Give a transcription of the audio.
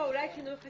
את